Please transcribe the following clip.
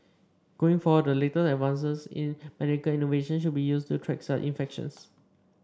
going forward the latest advances in medical innovation should be used to track such infections